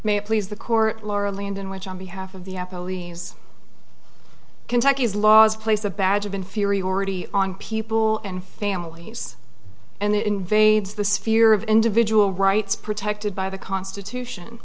may please the court lauralee and in which on behalf of the kentucky's laws place a badge of inferiority on people and families and invades the sphere of individual rights protected by the constitution